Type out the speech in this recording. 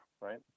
right